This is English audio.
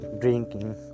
drinking